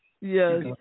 yes